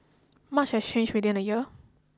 much has changed within a year